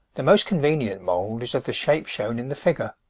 the most convenient mould is of the shape shown in the figure.